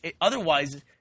otherwise